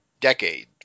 decade